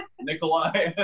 Nikolai